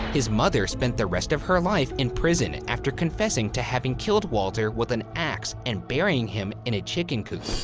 his mother spent the rest of her life in prison after confessing to having killed walter with an ax and burying him in a chicken coop.